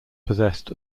possessed